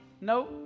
No